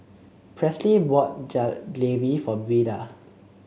Presley bought Jalebi for Beda